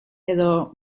edo